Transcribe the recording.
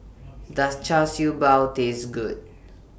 Does Char Siew Bao Taste Good